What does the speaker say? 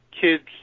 kids